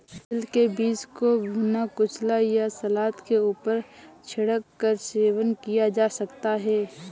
तिल के बीज को भुना, कुचला या सलाद के ऊपर छिड़क कर सेवन किया जा सकता है